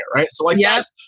right. so, and yes,